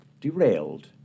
derailed